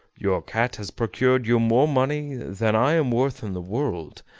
your cat has procured you more money than i am worth in the world,